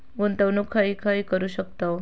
गुंतवणूक खय खय करू शकतव?